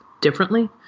differently